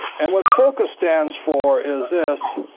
and what focus stands for is this